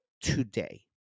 today